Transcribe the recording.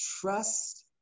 trust